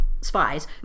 spies